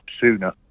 sooner